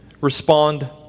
respond